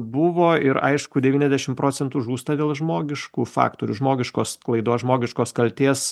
buvo ir aišku devyniasdešimt procentų žūsta dėl žmogiškų faktorių žmogiškos klaidos žmogiškos kaltės